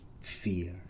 fear